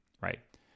Right